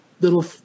little